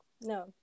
No